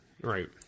Right